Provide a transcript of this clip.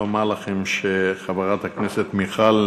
לומר לכם שחברת הכנסת מיכל